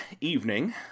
evening